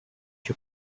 you